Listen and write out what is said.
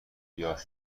گیاه